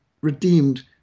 redeemed